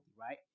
right